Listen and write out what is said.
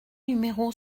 numéro